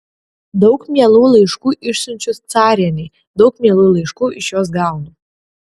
daug mielų laiškų išsiunčiu carienei daug mielų laiškų iš jos gaunu